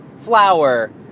flower